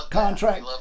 contract